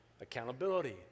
Accountability